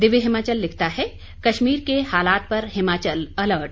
दिव्य हिमाचल लिखता है कश्मीर के हालात पर हिमाचल अलर्ट